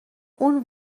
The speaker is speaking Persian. اون